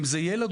אם זה ילד,